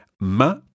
m'a